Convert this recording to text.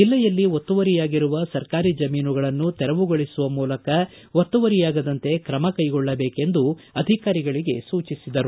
ಜಿಲ್ಲೆಯಲ್ಲಿ ಒತ್ತುವರಿಯಾಗಿರುವ ಸರ್ಕಾರಿ ಜಮೀನುಗಳನ್ನು ತೆರುವುಗೊಳಿಸುವ ಮೂಲಕ ಒತ್ತುವರಿಯಾಗದಂತೆ ಕ್ರಮ ಕೈಗೊಳ್ಳಬೇಕೆಂದು ಅಧಿಕಾರಿಗಳಿಗೆ ಸೂಚಿಸಿದರು